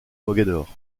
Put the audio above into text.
mogador